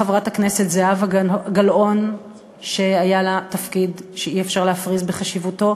לחברת הכנסת זהבה גלאון שהיה לה תפקיד שאי-אפשר להפריז בחשיבותו.